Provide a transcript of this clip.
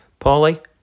Paulie